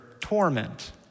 torment